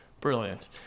Brilliant